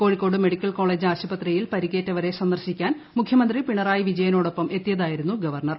Kozhikode medical college ആശുപത്രിയിൽ പരിക്കേറ്റവരെ സന്ദർശിക്കാൻ മുഖ്യമന്ത്രി പിണറാ്യി വിജയനോടൊപ്പം എത്തിയതായിരുന്നു ഗവർണർ